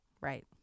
Right